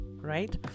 right